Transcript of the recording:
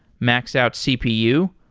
max out cpu,